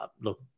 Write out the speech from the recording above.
look